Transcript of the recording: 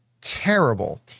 terrible